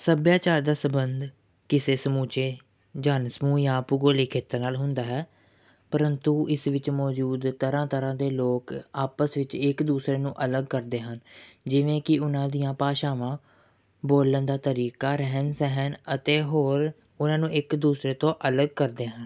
ਸੱਭਿਆਚਾਰ ਦਾ ਸੰਬੰਧ ਕਿਸੇ ਸਮੁੱਚੇ ਜਨ ਸਮੂਹ ਜਾਂ ਭੂਗੋਲਿਕ ਖੇਤਰ ਨਾਲ ਹੁੰਦਾ ਹੈ ਪਰੰਤੂ ਇਸ ਵਿੱਚ ਮੌਜੂਦ ਤਰ੍ਹਾਂ ਤਰ੍ਹਾਂ ਦੇ ਲੋਕ ਆਪਸ ਵਿੱਚ ਇੱਕ ਦੂਸਰੇ ਨੂੰ ਅਲੱਗ ਕਰਦੇ ਹਨ ਜਿਵੇਂ ਕਿ ਉਹਨਾਂ ਦੀਆਂ ਭਾਸ਼ਾਵਾਂ ਬੋਲਣ ਦਾ ਤਰੀਕਾ ਰਹਿਣ ਸਹਿਣ ਅਤੇ ਹੋਰ ਉਹਨਾਂ ਨੂੰ ਇੱਕ ਦੂਸਰੇ ਤੋਂ ਅਲੱਗ ਕਰਦੇ ਹਨ